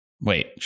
Wait